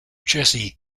jessie